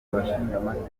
abashingamateka